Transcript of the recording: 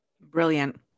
Brilliant